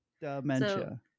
dementia